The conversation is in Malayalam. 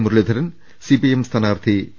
മുരളീധരൻ സിപിഐഎം സ്ഥാനാർത്ഥി പി